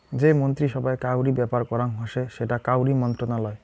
যে মন্ত্রী সভায় কাউরি ব্যাপার করাং হসে সেটা কাউরি মন্ত্রণালয়